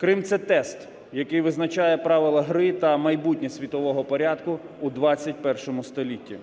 Крим – це тест, який визначає правила гри та майбутнє світового порядку в ХХІ столітті.